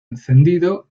encendido